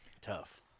Tough